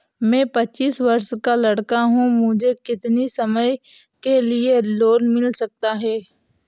मैं पच्चीस वर्ष का लड़का हूँ मुझे कितनी समय के लिए लोन मिल सकता है?